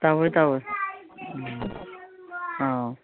ꯇꯧꯏ ꯇꯧꯏ ꯎꯝ ꯑꯧ